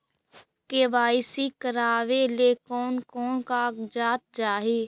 KYC करावे ले कोन कोन कागजात चाही?